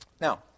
Now